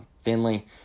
Finley